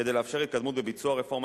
כדי לאפשר התקדמות בביצוע הרפורמה,